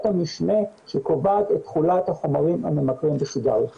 המשנה שקובעת את תכולת החומרים הממכרים בסיגריות.